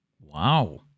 Wow